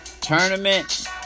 tournament